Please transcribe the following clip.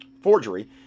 forgery